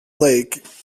lake